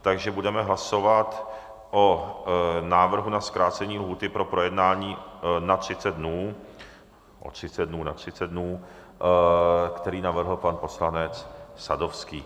Takže budeme hlasovat o návrhu na zkrácení lhůty pro projednání na 30 dnů, o 30 dnů na 30 dnů, který navrhl pan poslanec Sadovský.